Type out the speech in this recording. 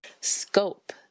scope